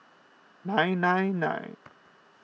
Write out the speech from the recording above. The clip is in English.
nine nine nine